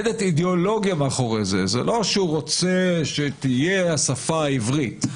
זה לא שהוא רוצה שתהיה השפה העברית,